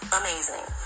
amazing